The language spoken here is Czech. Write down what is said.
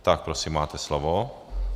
Tak prosím, máte slovo.